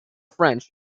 french